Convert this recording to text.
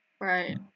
right